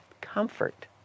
comfort